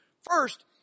First